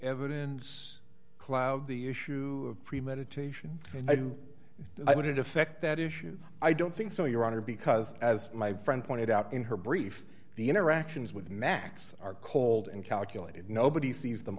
evidence cloud the issue of premeditation and i do i would it affect that issue i don't think so your honor because as my friend pointed out in her brief the interactions with max are cold and calculated nobody sees them